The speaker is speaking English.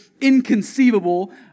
inconceivable